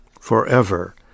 forever